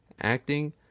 Acting